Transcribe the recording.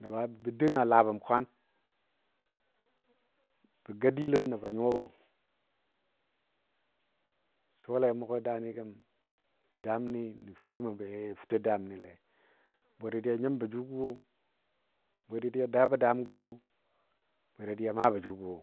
nəbɔ bə dəng a laa bəm kwan bə gadilo nəba nyuwabɔ. Suwale mʊgɔ daani gəm daamni nəfitəmə be fəto daamnilei bwe dadiya nyimbɔ jʊgɔ wo, bwe dadiya daabɔ daamgə wo, bwe dadiya maa bə jʊgɔ wo.